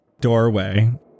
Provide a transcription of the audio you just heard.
doorway